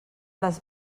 les